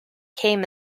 came